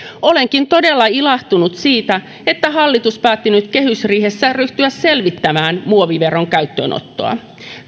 olenkin todella ilahtunut siitä että hallitus päätti nyt kehysriihessä ryhtyä selvittämään muoviveron käyttöönottoa